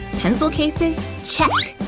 pencil cases? check!